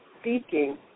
speaking